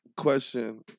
Question